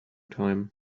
time